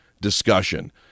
discussion